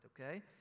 okay